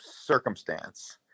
circumstance